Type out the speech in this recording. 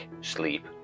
sleep